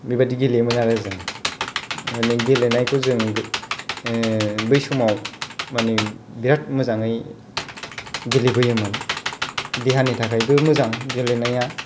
बेबायदि गेलेयोमोन आरो जों मानि गेलेनायखौ जों बै समाव मानि बेराद मोजाङै गेलेबोयोमोन देहानि थाखायबो मोजां गेलेनाया